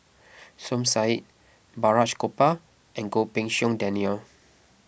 Som Said Balraj Gopal and Goh Pei Siong Daniel